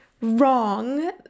wrong